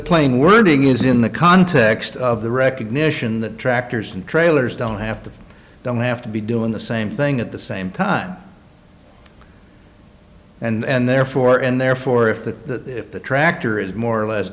plain wording is in the context of the recognition that tractors and trailers don't have to don't have to be doing the same thing at the same time and therefore and therefore if the tractor is more or less